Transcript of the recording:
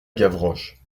gavroche